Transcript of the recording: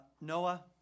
Noah